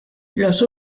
los